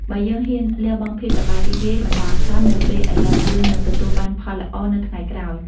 បើយើងហ៊ានលះបង់ភាពសប្បាយរីករាយបណ្ដោះអាសន្ននៅពេលឥឡូវ យើងនឹងទទួលបានផលល្អនៅថ្ងៃក្រោយ។